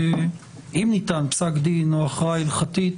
אם ניתן פסק דין או הכרעה הלכתית,